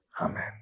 Amen